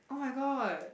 oh-my-god